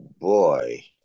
boy